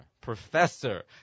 professor